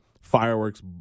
fireworks